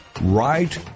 Right